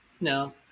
No